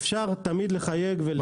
אפשר תמיד לחייג ולטפל בנהגים כאלה.